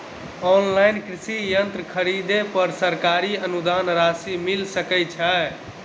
Online कृषि यंत्र खरीदे पर सरकारी अनुदान राशि मिल सकै छैय?